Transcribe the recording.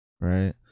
Right